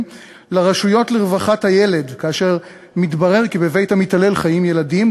לרשויות לרווחת הילד כאשר מתברר כי בבית המתעלל חיים ילדים,